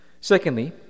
Secondly